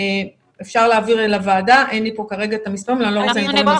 אין לי פה כרגע את המספרים, אפשר להעביר